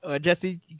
Jesse